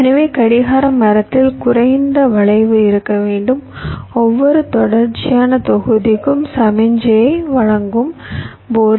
எனவே கடிகார மரத்தில் குறைந்த வளைவு இருக்க வேண்டும் ஒவ்வொரு தொடர்ச்சியான தொகுதிக்கும் சமிக்ஞையை வழங்கும் போது